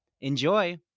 Enjoy